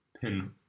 pin